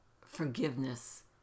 forgiveness